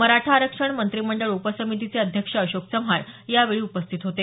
मराठा आरक्षण मंत्रिमंडळ उपसमितीचे अध्यक्ष अशोक चव्हाण यावेळी उपस्थित होते